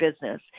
business